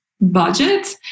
budget